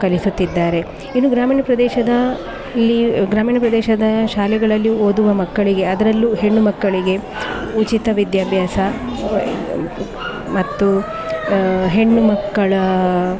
ಕಲಿಸುತ್ತಿದ್ದಾರೆ ಇನ್ನು ಗ್ರಾಮೀಣ ಪ್ರದೇಶದ ಇಲ್ಲಿ ಗ್ರಾಮೀಣ ಪ್ರದೇಶದ ಶಾಲೆಗಳಲ್ಲಿ ಓದುವ ಮಕ್ಕಳಿಗೆ ಅದರಲ್ಲೂ ಹೆಣ್ಣು ಮಕ್ಕಳಿಗೆ ಉಚಿತ ವಿದ್ಯಾಭ್ಯಾಸ ಮತ್ತು ಹೆಣ್ಣು ಮಕ್ಕಳ